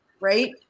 right